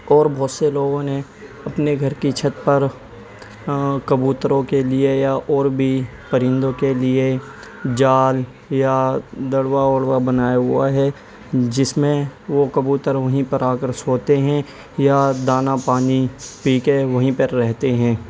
اور بہت سے لوگوں نے اپنے گھر کی چھت پر کبوتروں کے لیے یا اور بھی پرندوں کے لیے جال یا دربہ وربہ بنایا ہوا ہے جس میں وہ کبوتر وہیں پر آ کر سوتے ہیں یا دانہ پانی پی کے وہیں پر رہتے ہیں